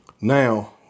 Now